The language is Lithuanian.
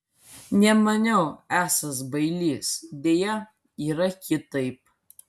nemaniau esąs bailys deja yra kitaip